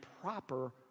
proper